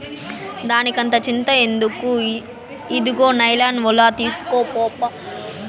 దానికంత చింత ఎందుకు, ఇదుగో నైలాన్ ఒల తీస్కోప్పా